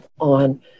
on